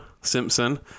Simpson